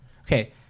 okay